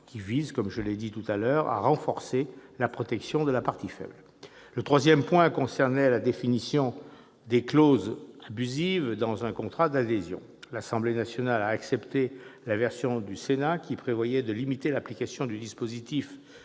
lois, visant, je le répète, à renforcer la protection de la partie faible. Le troisième point concernait la définition des clauses abusives dans un contrat d'adhésion. L'Assemblée nationale a accepté la version du Sénat, qui prévoyait de limiter l'application du dispositif